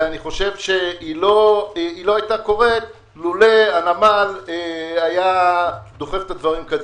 והיא לא היתה קורית לולא הנמל היה דוחף את הדברים קדימה.